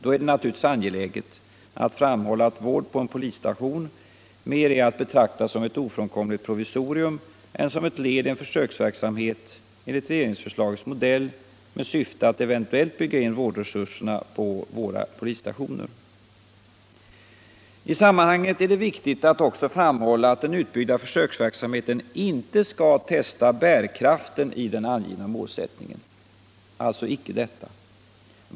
Då är det naturligtvis angeläget av framhålla, att: vård på en polisstation mera är att betrakta som ett ofrånkomligt provisorium — Fvlleristraftets än som ett led i en försöksverksumhet, enligt regeringsförslagets modell, — avskaffande, m.m. med syfte att eventuellt bygga in vårdresurserna på våra polisstationer. I sammanhanget är det viktigt att också framhålla att den utbyggda försöksverksamheten inte skall testa bärkraften i den angivna målsättningen.